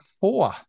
four